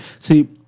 see